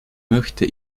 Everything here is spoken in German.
möchte